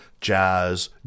jazz